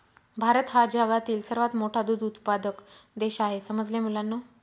भारत हा जगातील सर्वात मोठा दूध उत्पादक देश आहे समजले मुलांनो